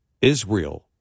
Israel